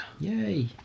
Yay